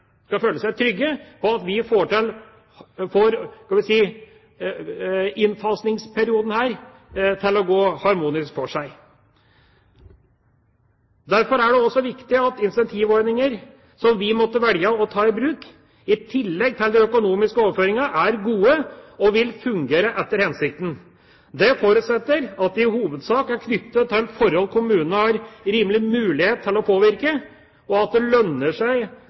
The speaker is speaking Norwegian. skal føle seg trygge på at vi får innfasingsperioden til å gå harmonisk for seg. Derfor er det også viktig at incentivordninger som vi måtte velge å ta i bruk, i tillegg til de økonomiske overføringer, er gode og vil fungere etter hensikten. Det forutsetter at de i hovedsak er knyttet til forhold kommunene har rimelig mulighet til å påvirke, og slik at det lønner seg